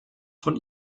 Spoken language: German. von